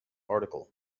article